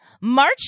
March